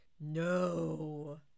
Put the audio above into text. No